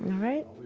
right